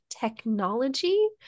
technology